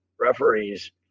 referees